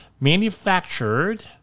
manufactured